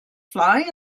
fly